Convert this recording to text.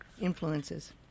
influences